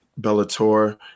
Bellator